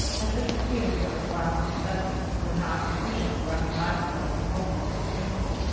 as if the cadence of his last sentence were not sufficiently recognizable as a formula of dismissal,